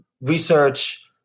research